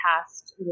past